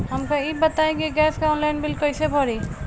हमका ई बताई कि गैस के ऑनलाइन बिल कइसे भरी?